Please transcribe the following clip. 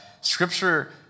Scripture